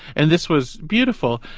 and this was beautiful.